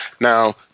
Now